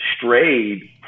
strayed